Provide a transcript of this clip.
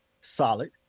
solid